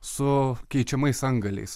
su keičiamais antgaliais